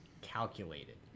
calculated